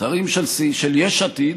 שרים של יש עתיד,